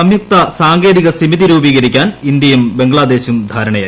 സംയുക്ത സാങ്കേതിക സമിതി രൂപീകരിയ്ക്കാൻ ഇന്ത്യയും ബംഗ്ലാദേശും ധാരണയായി